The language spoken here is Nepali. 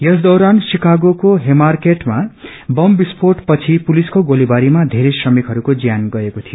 यस दौरान शिक्रगोको हेमार्केटमा बम विस्फ्रेट पछि पुलिसको गोलीबारीमा बेरै श्रमिकहस्को ज्यान गएको थियो